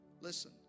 listen